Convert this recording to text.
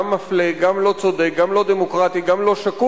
גם מפלה, גם לא צודק, גם לא דמוקרטי, גם לא שקוף,